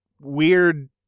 weird